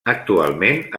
actualment